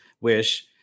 wish